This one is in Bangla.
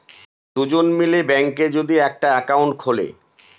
দুজন মিলে ব্যাঙ্কে যদি একটা একাউন্ট খুলে